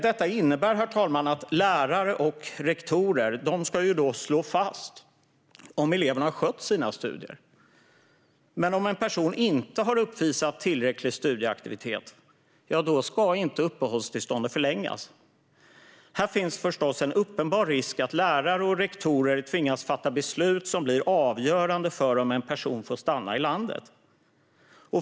Detta innebär, herr talman, att lärare och rektorer ska slå fast om eleven har skött sina studier. Men om en person inte har uppvisat tillräcklig studieaktivitet ska inte uppehållstillståndet förlängas. Här finns förstås en uppenbar risk för att lärare och rektorer tvingas fatta beslut som blir avgörande för om en person får stanna i landet.